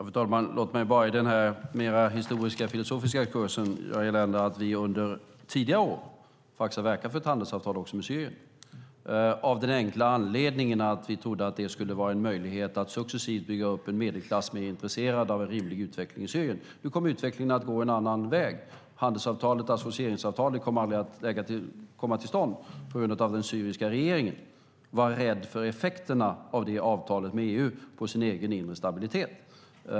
Fru talman! Låt mig i denna mer historiska, filosofiska kurs nämna att vi under tidigare år har verkat för ett handelsavtal också med Syrien av den enkla anledningen att vi trodde att det skulle vara en möjlighet att successivt bygga upp en medelklass mer intresserad av en rimlig utveckling i Syrien. Nu kom utvecklingen att gå en annan väg. Handelsavtalet och associeringsavtalet kom aldrig till stånd på grund av att den syriska regeringen var rädd för effekterna av det avtalet med EU på sin egen inre stabilitet.